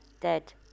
dead